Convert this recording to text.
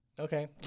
Okay